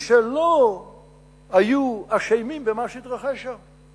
מי שלא היו אשמים במה שהתרחש שם,